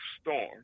storm